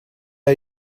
are